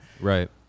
right